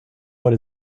what